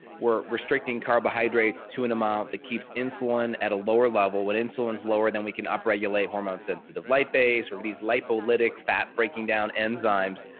we're restricting carbohydrates to an amount that keeps insulin at a lower level when insulin is lower than we can up regulate hormone sensitive lipase lipase or these lipid lytic. fat breaking down enzymes,